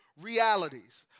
realities